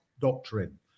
Doctrine